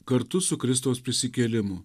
kartu su kristaus prisikėlimu